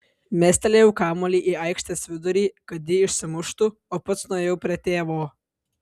mestelėjau kamuolį į aikštės vidurį kad jį išsimuštų o pats nuėjau prie tėvo